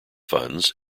funds